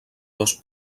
dos